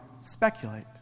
speculate